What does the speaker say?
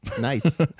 Nice